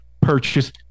purchase